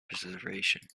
preservation